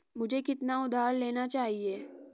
मुझे कितना उधार लेना चाहिए?